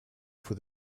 for